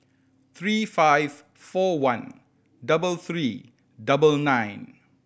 three five four one double three double nine